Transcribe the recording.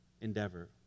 endeavor